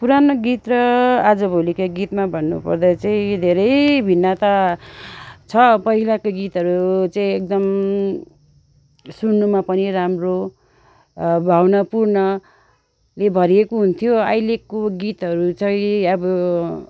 पुरानो गीत र आजभोलिका गीतमा भन्नु पर्दा चाहिँ धेरै भिन्नता छ पहिलाको गीतहरू चाहिँ एकदम सुन्नुमा पनि राम्रो भावनापूर्णले भरिएको हुन्थ्यो अहिलेको गीतहरू चाहिँ अब